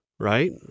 right